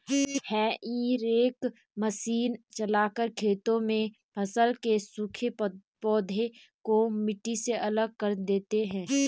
हेई rake मशीन चलाकर खेतों में फसल के सूखे पौधे को मिट्टी से अलग कर देते हैं